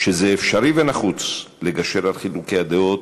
שזה אפשרי ונחוץ לגשר על חילוקי הדעות